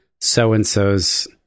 so-and-so's